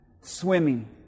swimming